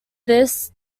this